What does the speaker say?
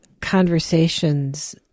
conversations